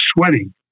sweating